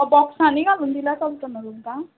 बॉक्सांनी घालून दिल्या चलता न्हू तुमकां